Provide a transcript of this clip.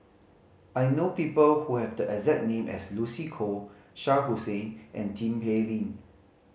I know people who have the exact name as Lucy Koh Shah Hussain and Tin Pei Ling